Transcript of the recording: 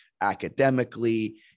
academically